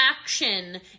action